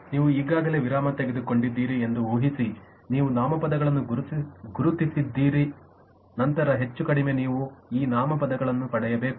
ನೀವು ಈಗಾಗಲೇ ವಿರಾಮ ತೆಗೆದುಕೊಂಡಿದ್ದೀರಿ ಎಂದು ಊಹಿಸಿನೀವು ನಾಮಪದಗಳನ್ನು ಗುರುತಿಸಿದ್ದೀರಿ ನಂತರ ಹೆಚ್ಚು ಕಡಿಮೆ ನೀವು ಈ ನಾಮಪದಗಳನ್ನು ಪಡೆಯಬೇಕು